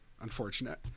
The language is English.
unfortunate